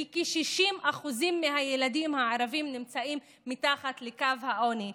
כ-60% מהילדים הערבים נמצאים מתחת לקו העוני.